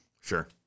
Sure